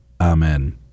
Amen